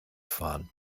fahren